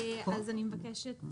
אז אני מבקשת